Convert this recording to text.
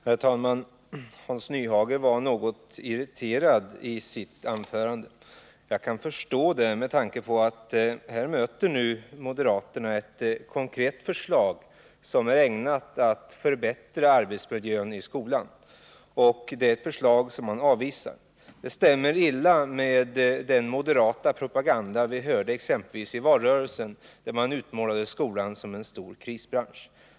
Herr talman! Hans Nyhage var något irriterad i sitt anförande. Jag kan förstå det med tanke på att moderaterna här möter ett konkret förslag som är ägnat att förbättra arbetsmiljön i skolan. Det förslaget avvisar man. Det stämmer illa med den moderata propaganda vi hörde, exempelvis i valrörelsen, där man utmålade skolan som en stor krisbransch.